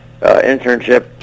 internship